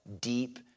deep